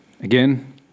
again